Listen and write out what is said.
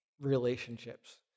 relationships